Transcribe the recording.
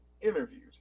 interviewed